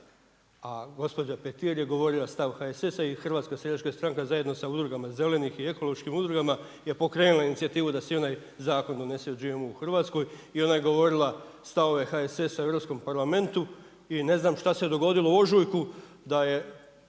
a gospodina Petri je govorila stav HSS-a i Hrvatska seljačka stranka zajedno sa udrugama Zelenih i Ekoloških udrugama je pokrenula inicijativu da se onaj zakon donese o GMO u Hrvatskoj. I ona je govorila stavove HSS-a u Europskom parlamentu i ne znam šta se dogodilo u ožujku da su